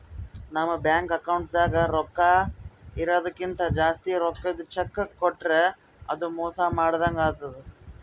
ನಮ್ ಬ್ಯಾಂಕ್ ಅಕೌಂಟ್ದಾಗ್ ರೊಕ್ಕಾ ಇರದಕ್ಕಿಂತ್ ಜಾಸ್ತಿ ರೊಕ್ಕದ್ ಚೆಕ್ಕ್ ಕೊಟ್ರ್ ಅದು ಮೋಸ ಮಾಡದಂಗ್ ಆತದ್